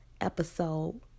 episode